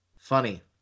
funny